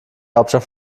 hauptstadt